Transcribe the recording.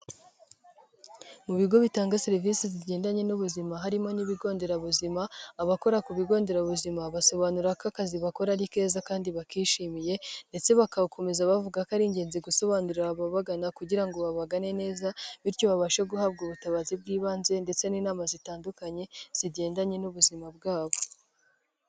Mu bigo bitanga serivisi zigendanye n'ubuzima harimo n'ibigo nderabuzima, abakora ku bigo nderabuzima basobanura ko akazi bakora ari keza kandi bakishimiye, ndetse bakakomeza bavuga ko ari ingenzi gusobanurira ababagana kugira ngo babagane neza, bityo babashe guhabwa ubutabazi bw'ibanze ndetse n'inama zitandukanye zigendanye n'ubuzima bwabo.